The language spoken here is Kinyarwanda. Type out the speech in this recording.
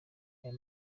ayo